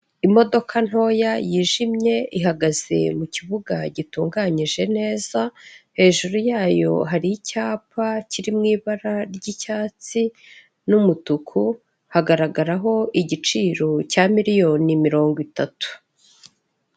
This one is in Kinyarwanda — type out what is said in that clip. Imodoka ntoya yijimye ihagaze mu kibuga gitunganyije neza hejuru yayo hari icyapa kiri mu ibara ry'icyatsi n'umutuku hagaragaraho igiciro cya miliyoni mirongo itatu.